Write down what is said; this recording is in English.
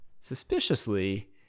Suspiciously